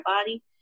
body